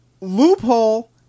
loophole